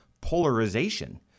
polarization